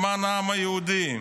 למען העם היהודי.